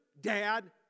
dad